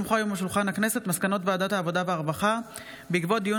מסקנות ועדת העבודה והרווחה בעקבות דיון